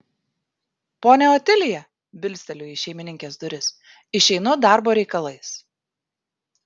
ponia otilija bilsteliu į šeimininkės duris išeinu darbo reikalais